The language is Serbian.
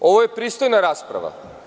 Ovo je pristojna rasprava.